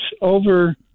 over